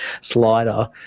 slider